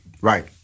right